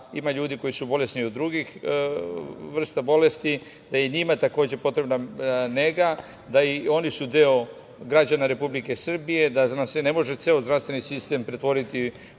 ima ljudi koji su bolesni i od drugih vrsta bolesti, da je i njima takođe potrebna nega, da su i oni deo građana Republike Srbije, da nam se ne može ceo zdravstveni sistem pretvoriti